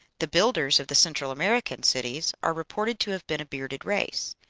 the builders of the central american cities are reported to have been a bearded race.